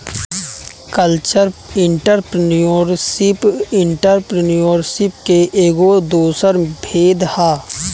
cultural entrepreneurship entrepreneurship के एगो दोसर भेद ह